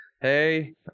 hey